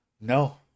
No